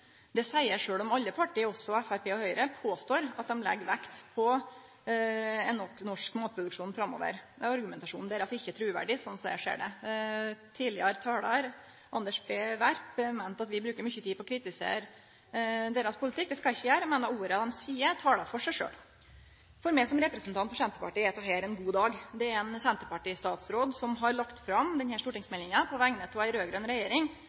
seier eg sjølv om alle partia, også Framstegspartiet og Høgre, påstår at dei legg vekt på ein norsk matproduksjon framover. Det er argumentasjonen deira som ikkje er truverdig, slik eg ser det. Tidlegare talar, Anders B. Werp, meinte at vi bruker mykje tid på å kritisere deira politikk. Det skal eg ikkje gjere. Eg meiner at orda dei seier, taler for seg sjølve. For meg som representant for Senterpartiet er dette ein god dag. Det er ein senterpartistatsråd som har lagt fram denne stortingsmeldinga på vegner av ei raud-grøn regjering,